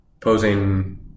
posing